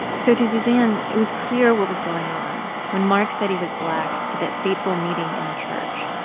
so to suzanne, it was clear what was going on. when mark said he was black at that fateful meeting in the church,